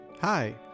Hi